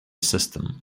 system